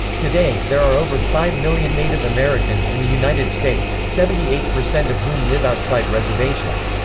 today, there are over five million native americans in the united states, seventy eight percent of whom live outside reservations.